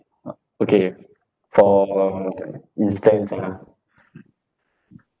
uh okay for instance ah